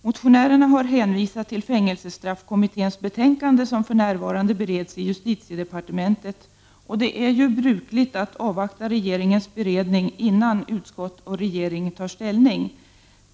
Motionärerna har hänvisat till fängelsestraffkommitténs betänkande, som för närvarande bereds i justitiedepartementet. Det är ju brukligt att avvakta regeringens beredning innan utskott och regering tar ställning.